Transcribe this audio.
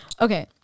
Okay